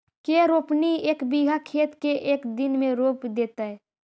के रोपनी एक बिघा खेत के एक दिन में रोप देतै?